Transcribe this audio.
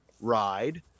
ride